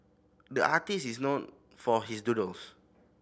the artist is known for his doodles